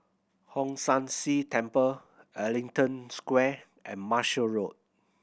Hong San See Temple Ellington Square and Marshall Road